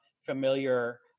familiar